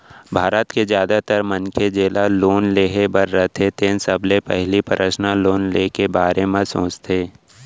भारत के जादातर मनखे जेला लोन लेहे बर रथे तेन सबले पहिली पर्सनल लोन के बारे म सोचथे